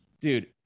dude